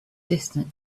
distance